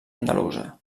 andalusa